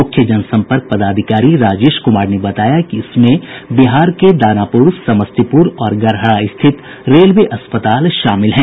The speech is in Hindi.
मुख्य जनसम्पर्क पदाधिकारी राजेश कुमार ने बताया कि इसमें बिहार के दानापुर समस्तीपुर और गड़हरा स्थित रेलवे अस्पताल शामिल हैं